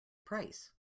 price